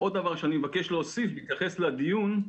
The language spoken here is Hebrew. עוד דבר שאני מבקש להוסיף, בהתייחס לדיון,